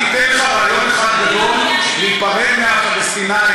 אני אתן לך רעיון אחד גדול: להיפרד מהפלסטינים,